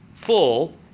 full